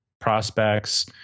prospects